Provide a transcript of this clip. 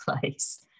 place